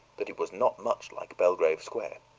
that it was not much like belgrave square.